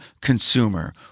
consumer